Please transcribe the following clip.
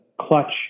clutch